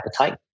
appetite